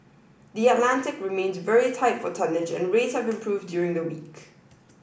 the Atlantic remains very tight for tonnage and rates have improved during the week